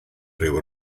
ryw